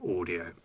audio